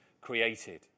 created